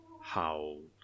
howled